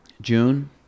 June